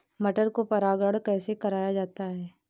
मटर को परागण कैसे कराया जाता है?